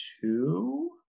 two